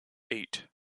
eight